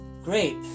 Great